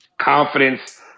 confidence